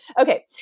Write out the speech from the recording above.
Okay